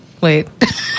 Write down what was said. Wait